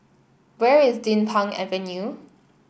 where is Din Pang Avenue